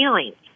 feelings